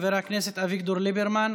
חברי הכנסת אביגדור ליברמן,